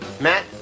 Matt